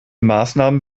maßnahmen